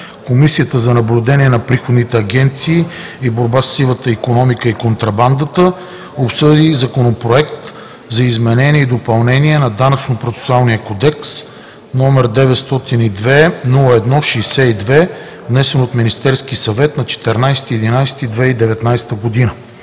Комисията за наблюдение на приходните агенции и борба със сивата икономика и контрабандата обсъди Законопроект за изменение и допълнение на Данъчно-осигурителния процесуален кодекс, № 902-01-62, внесен от Министерския съвет на 14 ноември 2019 г.